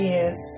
Yes